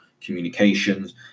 communications